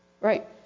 Right